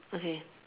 okay